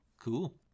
Cool